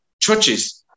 churches